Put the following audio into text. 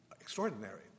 extraordinary